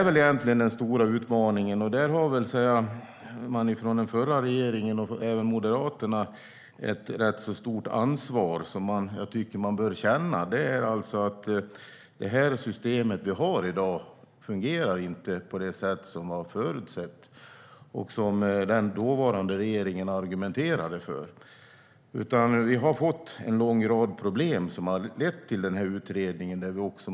Den stora utmaningen, som jag tycker att den förra regeringen och Moderaterna bör känna ett ganska stort ansvar för, är att det system vi har i dag inte fungerar på det sätt som förutsågs och som den dåvarande regeringen argumenterade för. Vi har fått en lång rad problem som lett till att en utredning tillsätts.